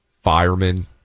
firemen